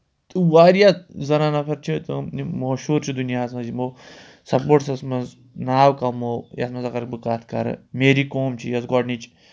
تہٕ واریاہ زَنان نَفَر چھِ تٕم یِم موشوٗر چھِ دُنیاہَس منٛز یِمو سپوٹسَس منٛز ناو کَمو یَتھ منٛز اگر بہٕ کَتھ کَرٕ میری قوم چھِ یۄس گۄڈنِچ